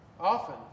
often